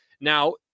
Now